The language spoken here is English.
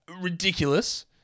ridiculous